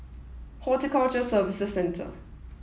Horticulture Services Centre